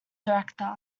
director